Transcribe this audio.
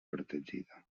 protegida